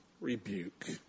rebuke